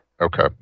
Okay